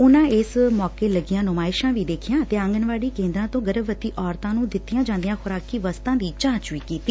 ਉਨੁਾਂ ਇਸ ਮੌਕੇ ਲੱਗੀਆਂ ਨੁਮਾਇਸ਼ਾ ਵੀ ਦੇਖੀਆਂ ਅਤੇ ਆਂਗਨਵਾੜੀ ਕੇਦਰਾਂ ਤੋ ਗਰਭਵਤੀ ਔਰਤਾਂ ਨੂੰ ਦਿੱਤੀਆਂ ਜਾਂਦੀਆਂ ਖੁਰਾਕੀ ਵਸਤਾਂ ਦੀ ਜਾਂਚ ਵੀ ਕੀਤੀ